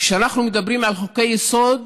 כשאנחנו מדברים על חוקי-יסוד,